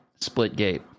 Splitgate